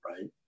right